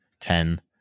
Ten